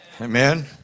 Amen